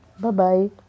Bye-bye